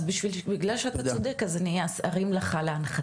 אז בגלל שאתה כל כך צודק אז אני ארים לך להנחתה,